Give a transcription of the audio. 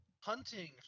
Hunting